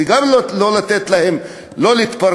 וגם לא לתת להם להתפרנס,